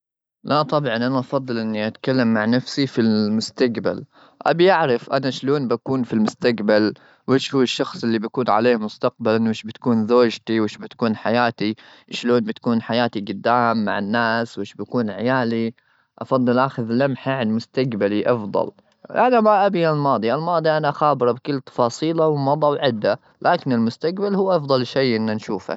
لا، طبعا! أنا أفضل إني أتكلم مع نفسي في المستقبل. أبي أعرف أنا شلون بكون في المستقبل، وش هو الشخص اللي بكون عليه مستقبلا؟ وش بتكون زوجتي؟ وش بتكون حياتي؟ شلون بتكون حياتي جدام مع الناس؟ وش بيكون عيالي؟ أفضل أخذ لمحة عن مستقبلي. أفضل، أنا ما أبي الماضي. الماضي أنا خابره بكل تفاصيله ومضى وعدة، لكن المستقبل هو أفضل شيء إنا نشوفه.